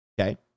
Okay